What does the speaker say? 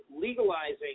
legalizing